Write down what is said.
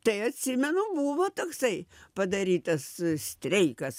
tai atsimenu buvo toksai padarytas streikas